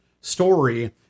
story